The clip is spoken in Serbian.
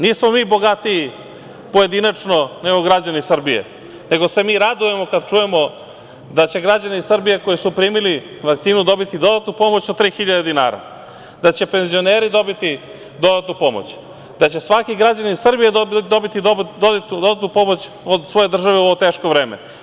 Nismo mi bogatiji pojedinačno nego građani Srbije, nego se mi radujemo kada čujemo da će građani Srbije koji su primili vakcinu dobiti dodatnu pomoć od 3.000 dinara, da će penzioneri dobiti dodatnu pomoć, da će svaki građanin Srbije dobiti dodatnu pomoć od svoje države u ovo teško vreme.